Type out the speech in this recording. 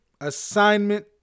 assignment